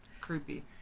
creepy